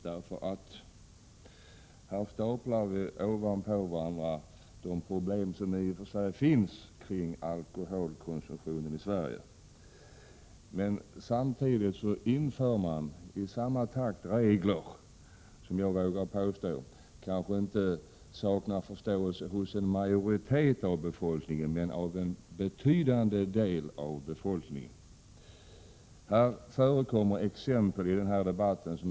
Här staplas ovanpå varandra de problem som i och för sig finns kring alkoholkonsumtionen i Sverige, men samtidigt införs regler som kanske inte saknar förankring hos en majoritet av befolkningen men — det vågar jag påstå — hos en betydande del av befolkningen. I debatten förekommer exempel på åtgärder som måste vara totalt verkningslösa.